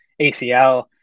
ACL